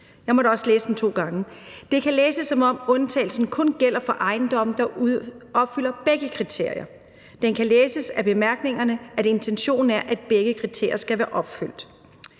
Jeg måtte også læse det to gange. Det kan læses, som om undtagelsen kun gælder for ejendomme, der opfylder begge kriterier, og det kan af bemærkningerne læses, som om intentionen er, at begge kriterier skal være opfyldt.